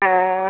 ஆ